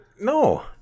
no